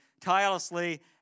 tirelessly